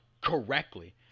correctly